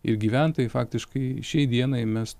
ir gyventojai faktiškai šiai dienai mes